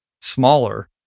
smaller